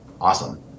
awesome